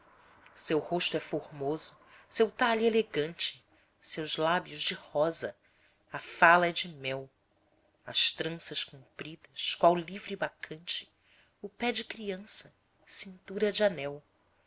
seu rosto é formoso seu talhe elegante seus lábios de rosa a fala é de mel as tranças compridas qual livre bacante o pé de criança cintura de anel